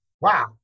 Wow